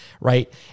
right